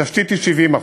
התשתית היא 70%,